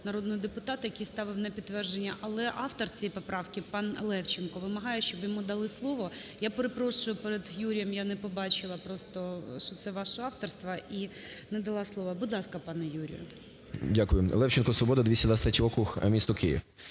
народного депутата, який ставив на підтвердження, але автор цієї поправки пан Левченко вимагає, щоб йому дали слово. Я перепрошую перед Юрієм, я не побачила просто, що це вашого авторства і не дала слова. Будь ласка, пане Юрію. 12:39:54 ЛЕВЧЕНКО Ю.В. Дякую. Левченко, "Свобода", 223 округ, місто Київ.